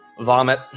Vomit